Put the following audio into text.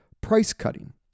price-cutting